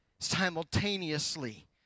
simultaneously